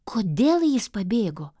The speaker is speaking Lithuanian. kodėl jis pabėgo